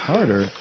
Harder